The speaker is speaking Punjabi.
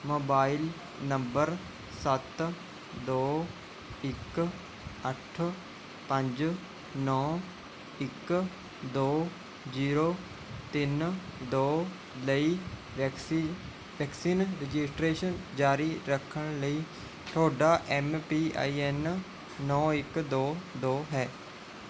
ਮੋਬਾਈਲ ਨੰਬਰ ਸੱਤ ਦੋ ਇੱਕ ਅੱਠ ਪੰਜ ਨੌਂ ਇੱਕ ਦੋ ਜੀਰੋ ਤਿੰਨ ਦੋ ਲਈ ਵੈਕਸੀ ਵੈਕਸੀਨ ਰਜਿਸਟ੍ਰੇਸ਼ਨ ਜਾਰੀ ਰੱਖਣ ਲਈ ਤੁਹਾਡਾ ਐੱਮ ਪੀ ਆਈ ਐੱਨ ਨੌਂ ਇੱਕ ਦੋ ਦੋ ਹੈ